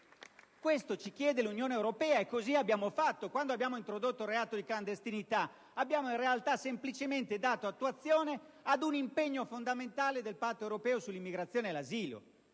Questo ci chiede l'Unione europea e così abbiamo fatto. Quando abbiamo introdotto il reato di clandestinità abbiamo semplicemente dato attuazione ad un impegno fondamentale del Patto europeo sull'immigrazione e l'asilo.